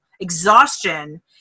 Exhaustion